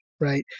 right